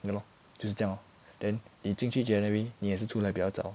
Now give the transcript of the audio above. you know 就是这样 lor then 你进去 january 你也是出来比较早